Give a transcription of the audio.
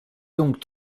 donc